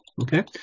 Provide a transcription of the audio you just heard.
Okay